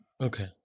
Okay